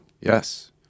Yes